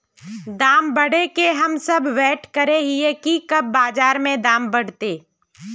दाम बढ़े के हम सब वैट करे हिये की कब बाजार में दाम बढ़ते?